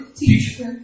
teacher